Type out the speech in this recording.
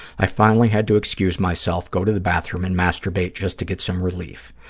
i finally had to excuse myself, go to the bathroom and masturbate just to get some relief.